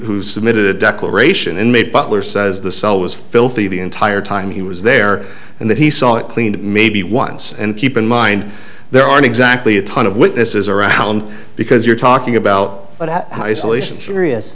who submitted declaration and made butler says the cell was filthy the entire time he was there and that he saw it cleaned maybe once and keep in mind there aren't exactly a ton of witnesses around because you're talking about but at least in serious